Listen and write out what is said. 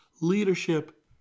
leadership